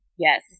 Yes